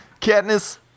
Katniss